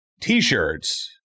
T-shirts